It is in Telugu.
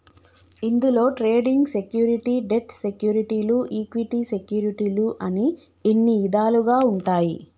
ఇందులో ట్రేడింగ్ సెక్యూరిటీ, డెట్ సెక్యూరిటీలు ఈక్విటీ సెక్యూరిటీలు అని ఇన్ని ఇదాలుగా ఉంటాయి